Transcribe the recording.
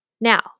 Now